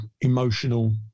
emotional